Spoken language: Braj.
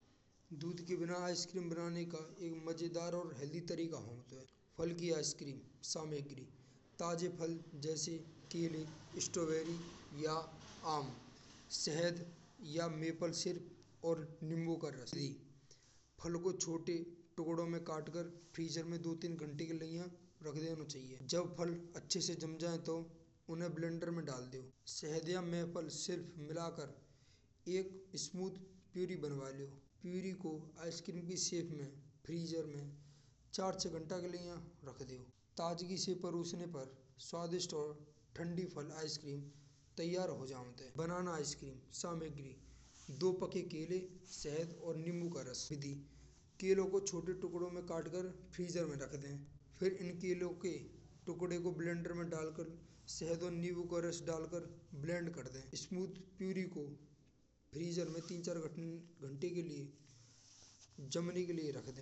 दूध की बिना आइसक्रीम बनाने का एक मजेदार और तरीका होते हैं। फल की आइसक्रीम सामग्री ताजे फल जैसे केले स्ट्रॉबेरी या आम। शहद या मेपर सिरफ और नींबू का रस। फल को छोटे टुकड़ों में काटकर फ्रीजर में दो-तीन घंटे के लिए रख देना चाहिए। जब फल अच्छे से जाम जाए। तो उन्हें ब्लेंडर में डाल दियो। शहद या मफल पर सिरफ मिला कर एक स्मूथ पिरी बनवा लो। पिरी को आइसक्रीम भी सिरफ फ्रीज में चार घंटे के लिए रख देओ ताजगी से प्रति हमें प्रति स्वादिष्ट ठंडी फल आइसक्रीम तैयार हो जात हैं। बनाना आइसक्रीम समग्र: दो पके केले, शहद और नींबू का रस विधि, केलों को छोटे टुकड़ों में काटकर फ्रीजर में रख दें। फिर इन केलों के टुकड़े को ब्लेंडर में डाल कर शहद और नींबू का रस डाल कर ब्लेंड कर दें। स्मूथ पिरी को फ्रीजर में तीन, चार घंटे के लिए जमने के लिए रख दें।